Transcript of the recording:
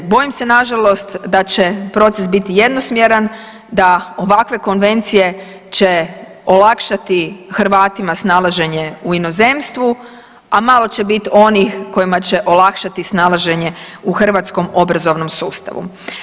Bojim se nažalost da će proces biti jednosmjeran da ovakve konvencije će olakšati Hrvatima snalaženje u inozemstvu, a malo će biti onih kojima će olakšati snalaženje u hrvatskom obrazovnom sustavu.